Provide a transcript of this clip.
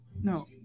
No